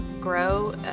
grow